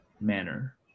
manner